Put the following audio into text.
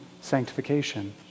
sanctification